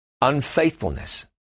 Unfaithfulness